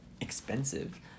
expensive